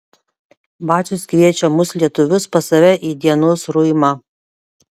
vacius kviečia mus lietuvius pas save į dienos ruimą